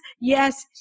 yes